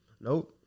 Nope